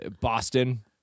Boston